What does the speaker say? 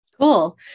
Cool